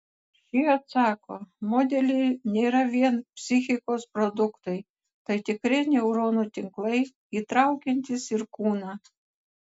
šie atsako modeliai nėra vien psichikos produktai tai tikri neuronų tinklai įtraukiantys ir kūną